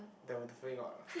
they will definitely not ah